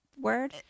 word